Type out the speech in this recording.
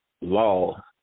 law